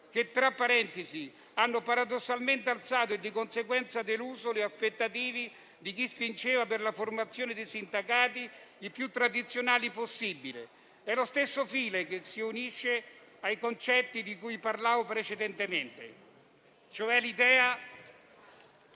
che, tra parentesi, hanno paradossalmente innalzato - e, di conseguenza, deluso - le aspettative di chi spingeva per la formazione di sindacati i più tradizionali possibili. È lo stesso filo che si unisce ai concetti di cui parlavo precedentemente, cioè l'idea